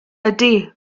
ydy